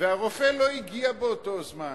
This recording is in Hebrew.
והרופא לא הגיע באותו זמן?